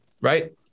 Right